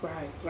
Right